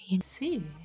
see